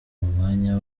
mwanya